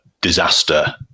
disaster